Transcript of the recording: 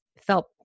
felt